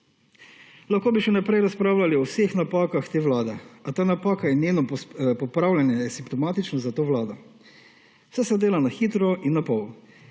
Lahko bi še naprej razpravljali o vseh napakah te Vlade a ta napaka je njeno popravljanje simptomatično za to Vlado. Vse se dela na hitro in na pol,